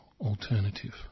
alternative